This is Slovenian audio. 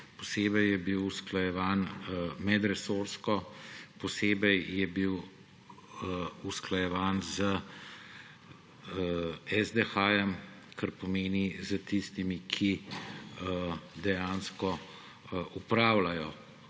Posebej je bil usklajevan medresorsko, posebej je bil usklajevan s SDH, kar pomeni s tistimi, ki dejansko opravljajo